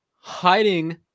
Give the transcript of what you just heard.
hiding